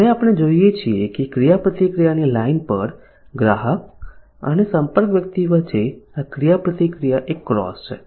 હવે આપણે જોઈએ છીએ કે ક્રિયાપ્રતિક્રિયાની લાઇન પર ગ્રાહક અને સંપર્ક વ્યક્તિ વચ્ચે આ ક્રિયાપ્રતિક્રિયા એક ક્રોસ છે